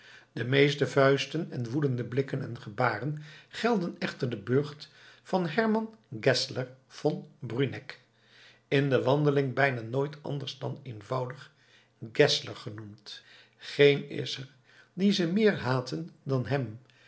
de meeste vuisten en woedende blikken en gebaren gelden echter den burcht van hermann geszler von bruneck in de wandeling bijna nooit anders dan eenvoudig geszler genoemd geen is er dien ze meer haten dan hem